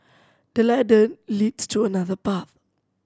the ladder leads to another path